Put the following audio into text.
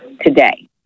today